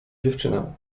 dziewczynę